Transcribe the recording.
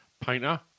painter